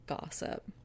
gossip